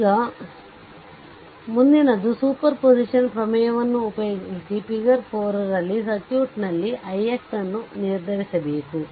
ಈಗ ಮುಂದಿನದು ಸೂಪರ್ಪೋಸಿಷನ್ ಪ್ರಮೇಯವನ್ನು ಉಪಯೋಗಿಸಿ ಫಿಗರ್ 4 ರಲ್ಲಿನ ಸರ್ಕ್ಯೂಟ್ನಲ್ಲಿ ix ಅನ್ನು ನಿರ್ಧರಿಸಬೇಕು